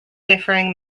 differing